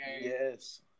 Yes